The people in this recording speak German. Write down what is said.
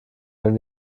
wenn